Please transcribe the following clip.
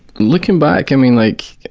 looking back, i mean like,